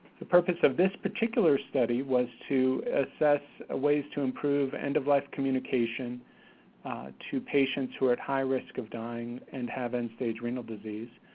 the purpose of this particular study was to assess ah ways to improve end of life communication to patients who are at high risk of dying, and have end-stage renal disease.